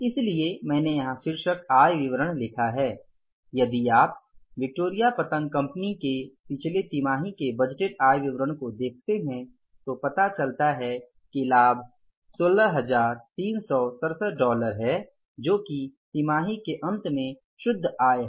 इसीलिए मैंने यहाँ शीर्षक आय विवरण लिखा है यदि आप VKC के पिछले तिमाही के बजटेड आय विवरण को देखते हैं तो पता चलता है कि लाभ 16367 डॉलर है जो कि तिमाही के अंत में शुद्ध आय है